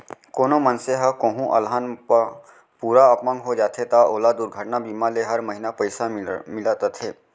कोनों मनसे ह कोहूँ अलहन म पूरा अपंग हो जाथे त ओला दुरघटना बीमा ले हर महिना पइसा मिलत रथे